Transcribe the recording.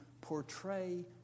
portray